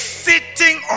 sitting